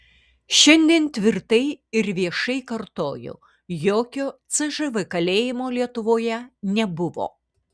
šiandien tvirtai ir viešai kartoju jokio cžv kalėjimo lietuvoje nebuvo